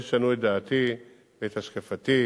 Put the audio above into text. הערות לא ישנו את דעתי ואת השקפתי,